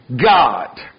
God